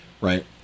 Right